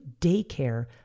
daycare